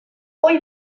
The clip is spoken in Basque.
ohi